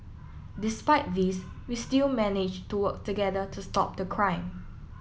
despite these we still managed to work together to stop the crime